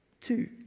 Two